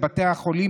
לבתי החולים,